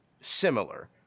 similar